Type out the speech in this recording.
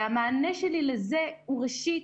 המענה שלי לזה הוא, ראשית: